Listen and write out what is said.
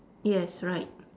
yes right